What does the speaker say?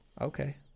Okay